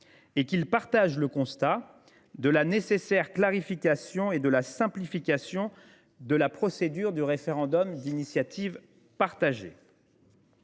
et qu’il « partage le constat de la nécessaire clarification et de la simplification de la procédure du référendum d’initiative partagée